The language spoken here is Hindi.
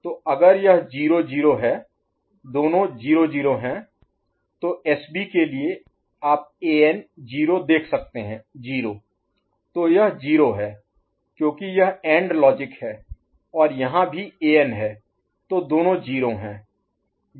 तो अगर यह 0 0 है दोनों 0 0 हैं तो एसबी के लिए आप एन 0 देख सकते हैं 0 तो यह 0 है क्योंकि यह AND लॉजिक है और यहां भी An है तो दोनों 0 है